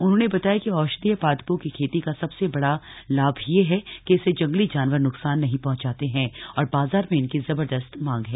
उन्होंने बताया कि औषधीय पादपों की खेती का सबसे बड़ा लाभ यह ह कि इसे जंगली जानवर न्कसान नहीं पहंचाते हैं और बाजार में इनकी जबरदस्त मांग है